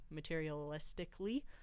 materialistically